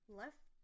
left